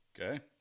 Okay